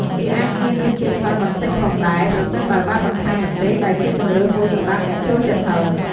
វាអាចមានរសជាតិហឹរបន្តិចផងដែរ ប្រសិនបើបានបន្ថែមម្ទេស ដែលជាជម្រើសមួយសម្រាប់អ្នកចូលចិត្តហឹរ។